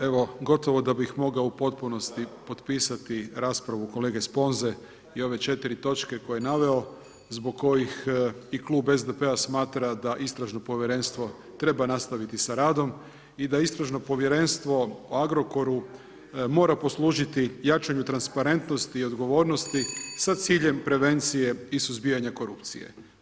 Evo gotovo da bih mogao gotovo pa u potpunosti potpisati raspravu kolege Sponze i ove 4 točke koje je naveo zbog kojih i klub SDP-a smatra da Istražno povjerenstvo treba nastaviti sa radom i da Istražno povjerenstvo u Agrokoru mora poslužiti jačanju transparentnosti i odgovornosti sa ciljem prevencije i suzbijanja korupcije.